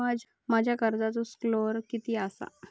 माझ्या कर्जाचो स्कोअर किती आसा?